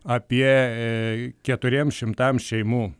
apie keturiems šimtams šeimų